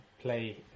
play